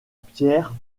pierre